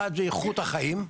1. איכות החיים.